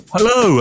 Hello